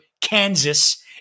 Kansas